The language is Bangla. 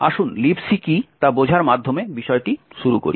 আসুন Libc কী তা বোঝার মাধ্যমে বিষয়টি শুরু করি